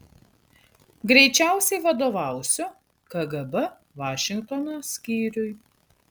greičiausiai vadovausiu kgb vašingtono skyriui